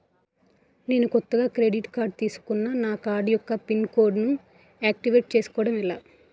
నేను కొత్తగా credit card తిస్కున్నా నా కార్డ్ యెక్క పిన్ కోడ్ ను ఆక్టివేట్ చేసుకోవటం ఎలా?